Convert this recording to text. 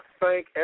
thank